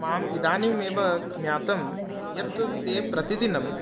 माम् इदानीमेव ज्ञातं यत् ते प्रतिदिनं